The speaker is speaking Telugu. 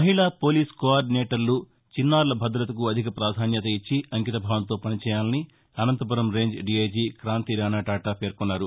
మహిళా పోలీసు కోఆర్గినేటర్లు చిన్నారుల భద్రతకు అధిక ప్రాధాన్యత ఇచ్చి అంకితభావంతో పనిచేయాలని అనంతపురం రేంజ్ దీఐజీ క్రాంతిరాణా టాటా పేర్కొన్నారు